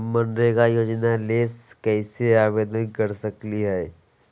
हम मनरेगा योजना ला कैसे आवेदन कर सकली हई?